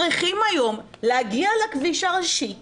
צריכים היום להגיע לכביש הראשי באוטו,